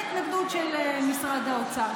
אבל מעבר להתנגדות של משרד האוצר,